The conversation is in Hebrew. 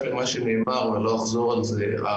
למה שנאמר ואני לא אחזור על זה.